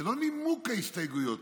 לא נימוק ההסתייגויות.